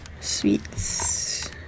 sweets